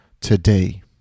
today